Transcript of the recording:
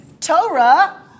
Torah